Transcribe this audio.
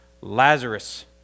Lazarus